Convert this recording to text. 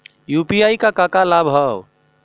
UPI क का का लाभ हव?